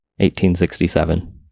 1867